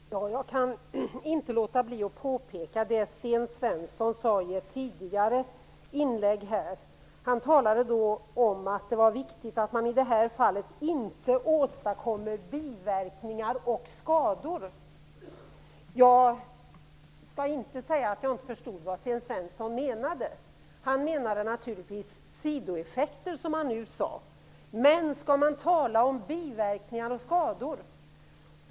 Herr talman! Jag kan inte låta bli att kommentera det Sten Svensson sade i ett tidigare inlägg. Han talade då om att det var viktigt att man i detta fall inte åstadkommer ''biverkningar och skador''. Jag skall inte säga att jag inte förstod vad Sten Svensson menade. Han menade naturligtvis ''sidoeffekter'', vilket han nu sade. Men skall man tala om biverkningar och skador?